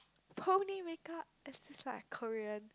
Pony make up is this like Korean